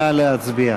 נא להצביע.